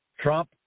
Trump